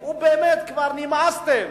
באמת כבר נמאסתם.